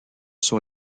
sur